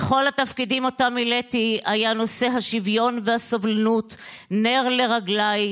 בכל התפקידים שמילאתי היה נושא השוויון והסובלנות נר לרגליי,